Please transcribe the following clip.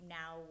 now